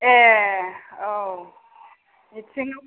ए औ मिटिं